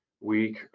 week